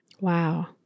wow